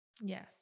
Yes